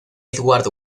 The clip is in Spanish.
edward